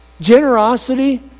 Generosity